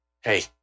hey